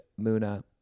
Muna